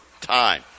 time